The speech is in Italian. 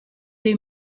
dei